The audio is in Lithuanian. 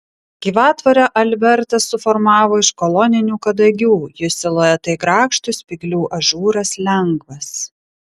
gyvatvorę albertas suformavo iš koloninių kadagių jų siluetai grakštūs spyglių ažūras lengvas